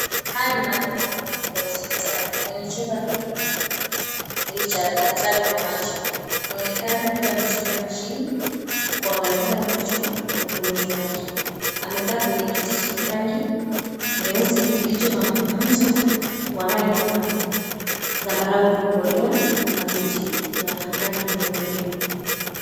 Haya ni maandhari ya hospitali, kwenye chumba hiki ni cha daktari wa macho. Anaonekana kutumia mashini kuangalia macho ya mgonjwa wake. Ameketi kwenye kiti cha rangi nyeusi na mfuto wa rangi ya zambarau iliyokolea na ma doti ya rangi nyeupe.